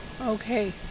Okay